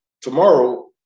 tomorrow